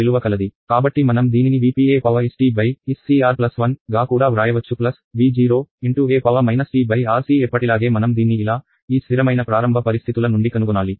కాబట్టి మనం దీనిని V pest SCR 1 గా కూడా వ్రాయవచ్చు × e t RC ఎప్పటిలాగే మనం దీన్ని ఇలా ఈ స్ధిరమైన ప్రారంభ పరిస్థితుల నుండి కనుగొనాలి